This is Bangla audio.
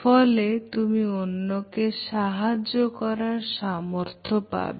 ফলে তুমি অন্যকে সাহায্য করার সামর্থ্য পাবে